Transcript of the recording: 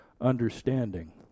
understanding